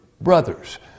brothers